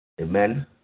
Amen